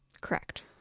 correct